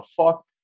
fuck